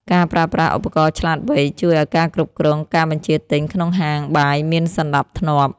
ការប្រើប្រាស់ឧបករណ៍ឆ្លាតវៃ ជួយឱ្យការគ្រប់គ្រងការបញ្ជាទិញក្នុងហាងបាយមានសណ្ដាប់ធ្នាប់។